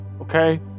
okay